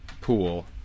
pool